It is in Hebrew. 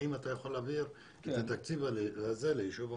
האם אתה יכול להעביר את התקציב הזה ליישוב אחר?